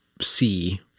see